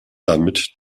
damit